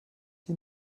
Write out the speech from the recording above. die